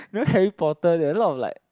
you know Harry-Potter that have a lot of like